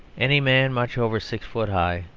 any man much over six foot high,